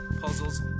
puzzles